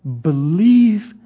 believe